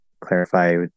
clarify